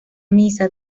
misa